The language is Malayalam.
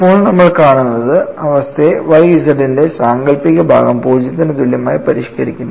ഇപ്പോൾ നമ്മൾ കാണുന്നത് അവസ്ഥയെ Y z ന്റെ സാങ്കൽപ്പിക ഭാഗം 0 ന് തുല്യമായി പരിഷ്ക്കരിക്കുന്നു